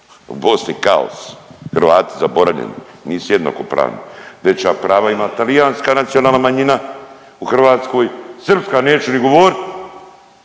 U Bosni kaos, Hrvati zaboravljeni, nisu jednakopravni. Veća prava ima talijanska nacionalna manjina u Hrvatskoj, srpska neću ni govorit.